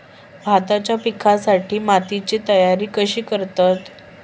भाताच्या पिकासाठी मातीची तयारी कशी करतत?